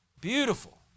Beautiful